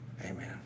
amen